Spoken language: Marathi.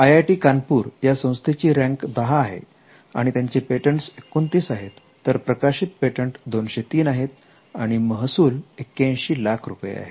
आय आय टी कानपूर या संस्थेची रँक 10 आहे आणि त्यांचे पेटंटस 29 आहेत प्रकाशित पेटंट 203 आहेत तर महसूल 81 लाख रुपये आहे